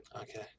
Okay